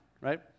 right